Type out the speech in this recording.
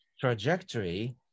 trajectory